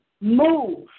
move